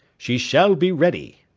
she shall be ready.